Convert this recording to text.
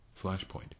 Flashpoint